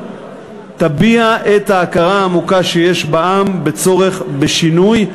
תביע את ההכרה העמוקה שיש בעם בצורך בשינוי,